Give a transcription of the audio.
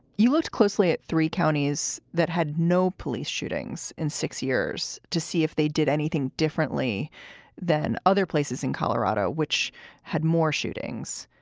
you looked closely at three counties that had no police shootings in six years to see if they did anything differently than other places in colorado which had more shootings.